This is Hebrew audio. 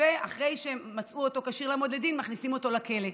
ואחרי שמצאו אותו כשיר לעמוד לדין מכניסים אותו לכלא.